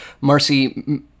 Marcy